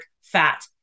fat